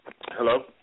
Hello